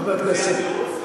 זה התירוץ?